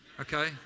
Okay